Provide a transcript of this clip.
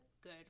good